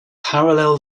parallel